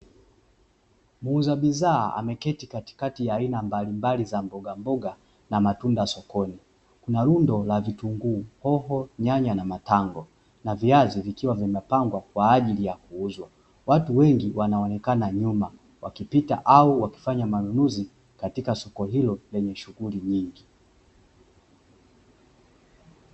Muuza bidhaa ameketi katikati ya aina mbalimbali za mbogamboga na matunda sokoni, kuna rundo la vitunguu, hoho, nyanya, na matango na viazi vikiwa vimepangwa kwa ajili ya kuuzwa. Watu wengi wanaonekana nyuma wakipita au wakifanya manunuzi katika soko hilo lenye shughuli nyingi.